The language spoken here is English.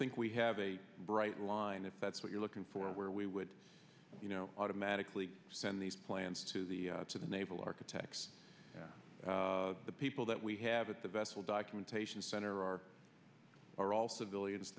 think we have a bright line if that's what you're looking for where we would you know automatically send these plans to the to the naval architects the people that we have at the vessel documentation center or are all civilians